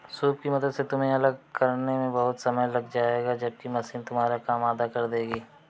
soup की मदद से तुम्हें अलग करने में बहुत समय लग जाएगा जबकि मशीन तुम्हारा काम आधा कर देगी